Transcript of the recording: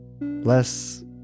less